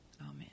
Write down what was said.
Amen